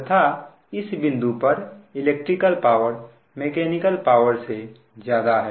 तथा इस बिंदु पर इलेक्ट्रिकल पावर मैकेनिकल पावर से ज्यादा है